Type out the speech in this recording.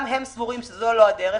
גם הם סבורים שזו לא הדרך,